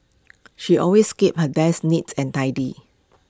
she always keeps her desk neats and tidy